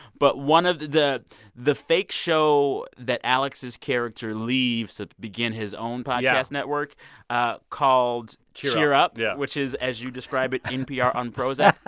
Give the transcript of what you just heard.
but one of the the fake show that alex's character leaves to begin his own podcast network ah called cheer up! cheer up! yeah. which is, as you describe it, npr on prozac.